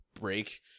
break